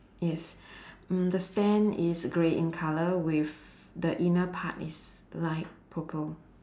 yes mm the stand is grey in colour with the inner part is light purple